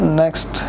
next